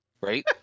right